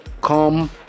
come